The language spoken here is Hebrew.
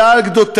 עלה על גדותיו,